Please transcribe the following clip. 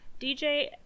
DJ